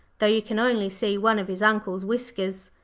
though you can only see one of his uncle's whiskers.